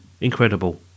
Incredible